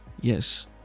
Yes